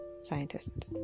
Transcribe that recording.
scientist